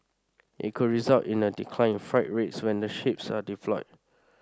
it could result in a decline in freight rates when the ships are deployed